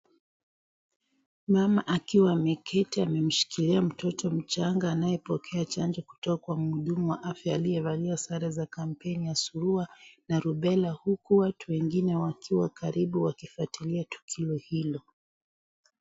Mama akiwa ameketi amemshikilia mtoto mchanga anayepokea chanjo kutoka kwa muhudumu wa afya aliyevalia sare za kampuni ya Surua na Rubela huku watu wengine wakiwa karibu wakifuatilia tukio hilo.